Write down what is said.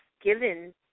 given